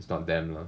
it's not them lah